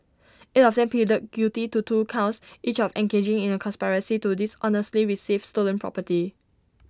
eight of them pleaded guilty to two counts each of engaging in A conspiracy to dishonestly receive stolen property